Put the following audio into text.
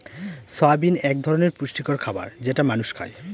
soybean এক ধরনের পুষ্টিকর খাবার যেটা মানুষ খায়